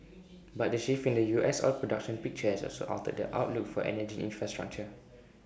but the shift in the U S oil production picture has also altered the outlook for energy infrastructure